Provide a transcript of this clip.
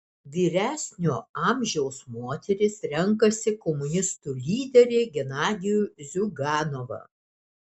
vyresnio amžiaus moterys renkasi komunistų lyderį genadijų ziuganovą